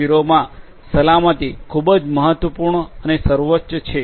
0 માં સલામતી ખૂબ જ મહત્વપૂર્ણ અને સર્વોચ્ચ છે